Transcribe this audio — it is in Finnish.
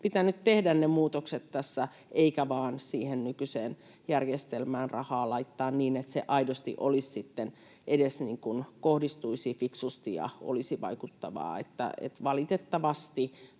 pitänyt tehdä myös ne muutokset tässä, eikä vaan siihen nykyiseen järjestelmään rahaa laittaa niin, että se aidosti sitten edes kohdistuisi fiksusti ja olisi vaikuttavaa. Valitettavasti